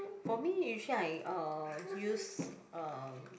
for me usually I uh use um